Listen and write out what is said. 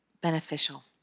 beneficial